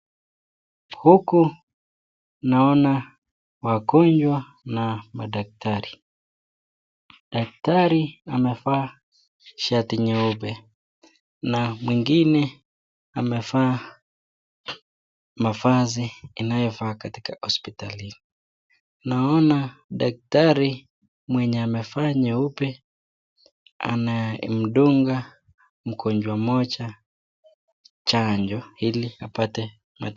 Huku naona wagonjwa na madaktari. Daktari amevaa shati nyeupe na mwingine amevaa mafazi inayofaa katika hospitalini. Naona daktari mwenye amevaa nyeupe anamduga mkonjwa mmoja chanjo ili apate.